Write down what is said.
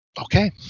Okay